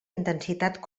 intensitat